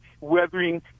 weathering